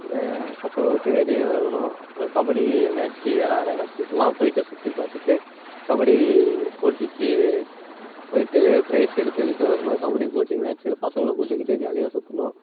கப்பலை விட்டு வெளியே வரணும் அப்புறம் கபடி மேச்சி விளாட்ற இடத்துக்குலாம் போயிட்டு சுற்றி பார்த்துட்டு கபடி போட்டிக்கு போயிட்டு ப்ரைஸ் எடுத்துக்கிட்டு வரணும் கபடி போட்டி மேட்சில் பசங்களை கூப்பிட்டுக்கிட்டு ஜாலியாக சுற்றணும்